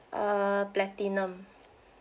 uh platinum